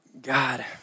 God